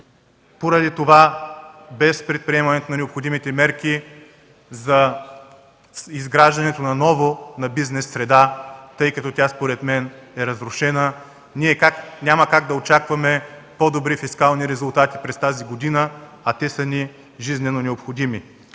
Поради това без предприемането на необходимите мерки за изграждане наново на бизнес среда, тъй като тя според мен е разрушена, ние няма как да очакваме по-добри фискални резултати през тази година, а те са ни жизнено необходими.